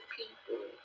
people